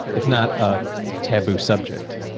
it's not a taboo subject.